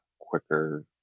quicker